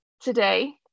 today